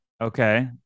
Okay